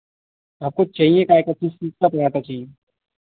आपको चाहिए काहे का किस चीज़ का तो आटा चाहिए